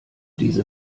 diese